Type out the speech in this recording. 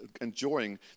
enjoying